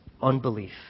unbelief